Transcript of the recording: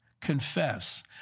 confess